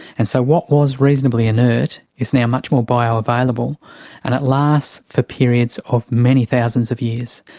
and so what was reasonably inert is now much more bioavailable and it lasts for periods of many thousands of years,